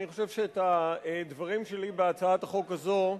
אני חושב שאת הדברים שלי בהצעת החוק הזאת,